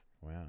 Wow